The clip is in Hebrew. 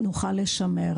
נוכל לשמר,